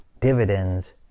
dividends